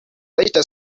later